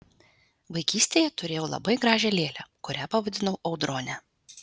vaikystėje turėjau labai gražią lėlę kurią pavadinau audrone